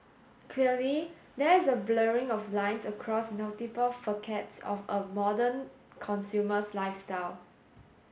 clearly there is a blurring of lines across multiple facets of a modern consumer's lifestyle